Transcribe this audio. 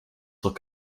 look